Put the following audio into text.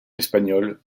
espagnole